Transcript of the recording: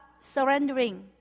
surrendering